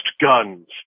guns